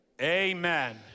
Amen